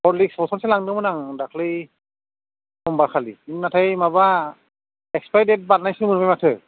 Horlicks बथलसे लांदोंमोन आं दाख्लै समबारखालि नाथाय माबा एक्सपायरि डेट बारनायसो मोनबाय माथो